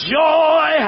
joy